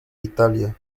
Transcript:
italia